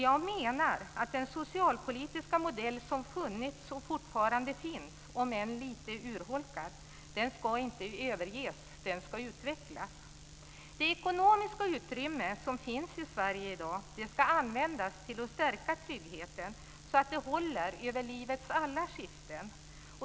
Jag menar att den socialpolitiska modell som funnits och fortfarande finns, om än lite urholkad, inte ska överges, utan den ska utvecklas. Det ekonomiska utrymme som finns i Sverige i dag ska användas till att stärka tryggheten, så att den håller över livets alla skiften.